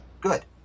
good